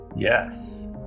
Yes